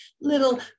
little